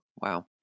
Wow